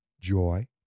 Joy